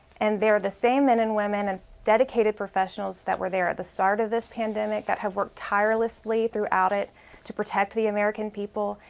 and they're the same men and women and dedicated professionals that were there at the start of this pandemic that have worked tirelessly throughout it to protect the american people,